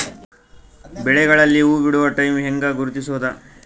ಬೆಳೆಗಳಲ್ಲಿ ಹೂಬಿಡುವ ಟೈಮ್ ಹೆಂಗ ಗುರುತಿಸೋದ?